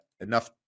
enough